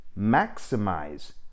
maximize